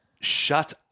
Shut